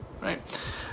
right